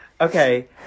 Okay